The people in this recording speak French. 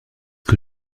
que